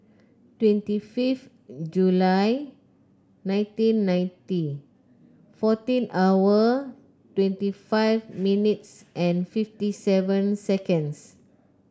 twenty fifth July nineteen ninety fourteen hour twenty five minutes and fifty seven seconds